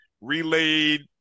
relayed